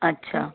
अच्छा